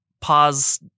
pause